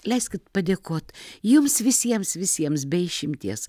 leiskit padėkot jums visiems visiems be išimties